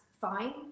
fine